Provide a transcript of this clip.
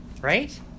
Right